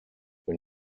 when